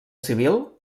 civil